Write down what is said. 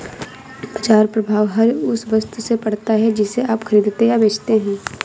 बाज़ार प्रभाव हर उस वस्तु से पड़ता है जिसे आप खरीदते या बेचते हैं